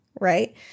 right